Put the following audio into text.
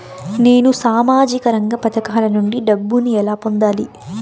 నేను సామాజిక రంగ పథకాల నుండి డబ్బుని ఎలా పొందాలి?